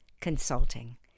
consulting